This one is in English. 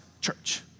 church